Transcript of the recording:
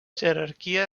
jerarquia